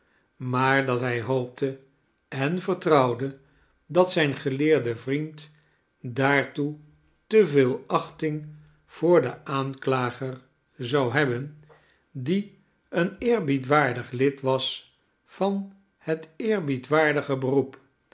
maar dat hij hoopte en vertrpuwde dat zijn geleerde vriend daartoe te veel achting voor den aanklager zou hebben die een eerbiedwaardig lid was van het eerwaardige beroep